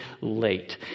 late